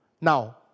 Now